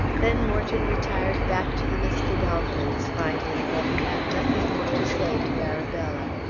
then morton retired back to the miss godolphins finding that he had nothing more to say to arabella.